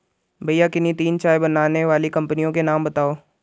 भैया किन्ही तीन चाय बनाने वाली कंपनियों के नाम बताओ?